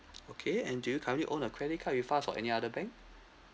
okay and do you currently own a credit card with us or any other bank